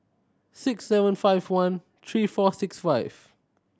six seven five one three four six five